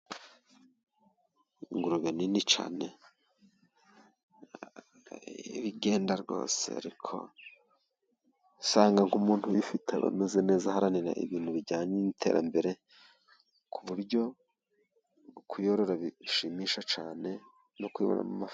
Ingurube nini cyane igenda rwose, ariko usanga umuntu uyifite aba ameze neza, aharanira ibintu bijyanye n'iterambere ku buryo kuyorora bishimisha cyane no kuyibonamo ...